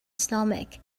stomach